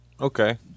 Okay